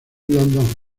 london